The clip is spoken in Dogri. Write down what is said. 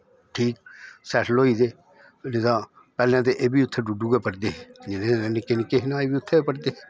ठीक सैटल होई दे नेईं तां पैह्लें ते एह् बी उत्थें डुड्डू गै पढ़दे हे जिसलै निक्के निक्के हे ते अजें बी उत्थें गै पढ़दे हे